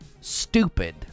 stupid